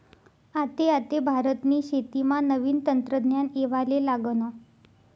आते आते भारतनी शेतीमा नवीन तंत्रज्ञान येवाले लागनं